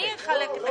אני מחדשת את